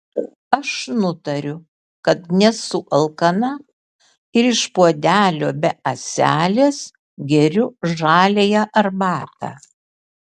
aš nutariu kad nesu alkana ir iš puodelio be ąselės geriu žaliąją arbatą